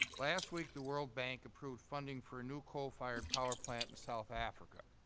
last week the world bank approved funding for a new coal fired power plant in south africa.